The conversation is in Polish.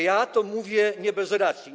Ja to mówię nie bez racji.